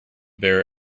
bear